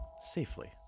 safely